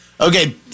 Okay